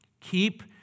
keep